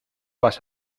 vas